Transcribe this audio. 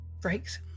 breaks